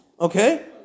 Okay